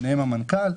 ביניהם המנכ"ל.